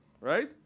Right